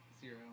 Zero